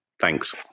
Thanks